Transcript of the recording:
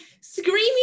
screaming